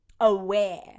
aware